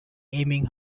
aiming